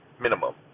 minimum